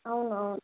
అవును అవును